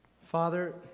Father